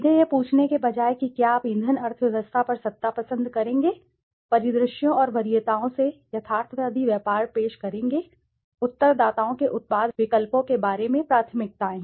सीधे यह पूछने के बजाय कि क्या आप ईंधन अर्थव्यवस्था पर सत्ता पसंद करेंगे परिदृश्यों और वरीयताओं से यथार्थवादी व्यापार पेश करेंगे उत्तरदाताओं के उत्पाद विकल्पों के बारे में प्राथमिकताएं